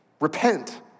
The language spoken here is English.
repent